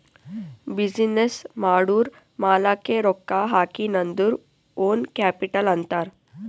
business ಮಾಡೂರ್ ಮಾಲಾಕ್ಕೆ ರೊಕ್ಕಾ ಹಾಕಿನ್ ಅಂದುರ್ ಓನ್ ಕ್ಯಾಪಿಟಲ್ ಅಂತಾರ್